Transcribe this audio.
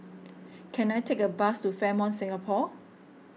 can I take a bus to Fairmont Singapore